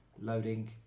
loading